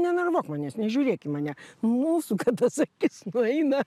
nenervuok manęs nežiūrėk į mane mūsų ką pasakys nueina